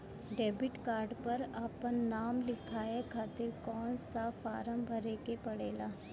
Debit card पर आपन नाम लिखाये खातिर कौन सा फारम भरे के पड़ेला?